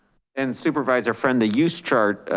and supervisor friend, they use chart